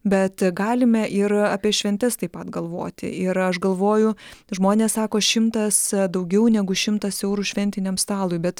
bet galime ir apie šventes taip pat galvoti ir aš galvoju žmonės sako šimtas daugiau negu šimtas eurų šventiniam stalui bet